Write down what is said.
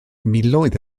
miloedd